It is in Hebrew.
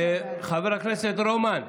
חבר הכנסת רומן,